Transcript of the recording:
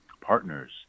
partners